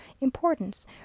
importance